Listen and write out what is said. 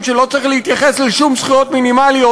שלא צריך להתייחס לשום זכויות מינימליות,